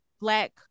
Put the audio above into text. black